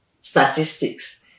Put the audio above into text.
statistics